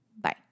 Bye